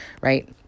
Right